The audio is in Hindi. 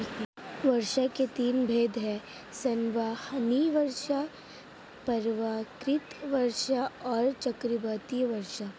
वर्षा के तीन भेद हैं संवहनीय वर्षा, पर्वतकृत वर्षा और चक्रवाती वर्षा